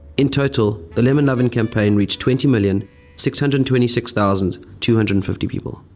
in total, the lemon lovin' campaign reached twenty million six hundred and twenty six thousand two hundred and fifty people.